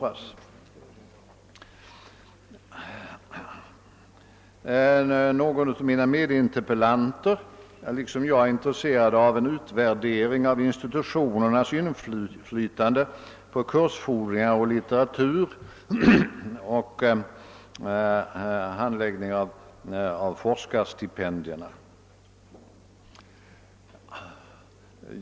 Vidare är en av mina medinterpellanter liksom jag intresserad av en utvärdering av institutionernas inflytande på kursfordringar, litteratur och handläggning av forskarstipendierna.